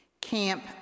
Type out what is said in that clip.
Camp